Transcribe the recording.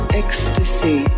ecstasy